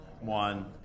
one